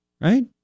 right